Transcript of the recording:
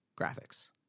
graphics